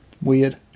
weird